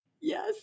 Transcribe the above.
Yes